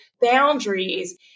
boundaries